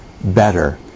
better